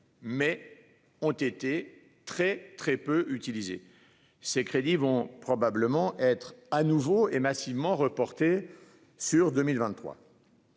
et ont été très peu utilisés. Ces crédits vont probablement être massivement reportés sur 2023.